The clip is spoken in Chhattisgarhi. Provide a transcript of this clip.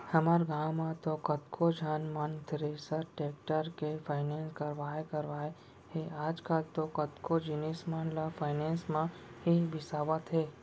हमर गॉंव म तो कतको झन मन थेरेसर, टेक्टर के फायनेंस करवाय करवाय हे आजकल तो कतको जिनिस मन ल फायनेंस म ही बिसावत हें